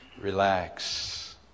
relax